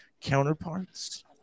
counterparts